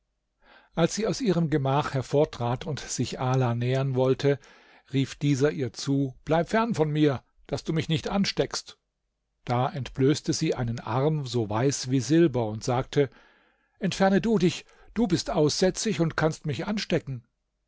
als sie aus ihrem gemach hervortrat und sich ala nähern wollte rief dieser ihr zu bleib fern von mir daß du mich nicht ansteckst da entblößte sie einen arm so weiß wie silber und sagte entferne du dich du bist aussätzig und kannst mich anstecken